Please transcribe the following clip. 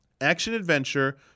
action-adventure